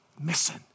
missing